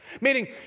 Meaning